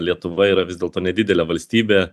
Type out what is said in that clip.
lietuva yra vis dėlto nedidelė valstybė